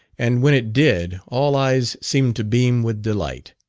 and when it did all eyes seemed to beam with delight.